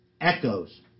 echoes